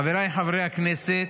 חבריי חברי הכנסת,